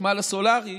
בחשמל הסולרי,